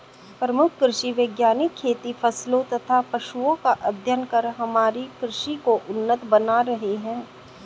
प्रमुख कृषि वैज्ञानिक खेती फसलों तथा पशुओं का अध्ययन कर हमारी कृषि को उन्नत बना रहे हैं